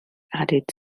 added